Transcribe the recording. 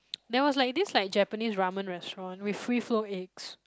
there was like this like Japanese ramen restaurant with free flow eggs